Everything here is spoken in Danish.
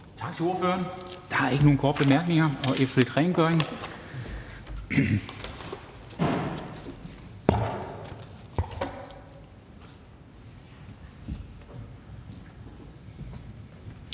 Tak til ordføreren. Der er ikke nogen korte bemærkninger. Efter lidt rengøring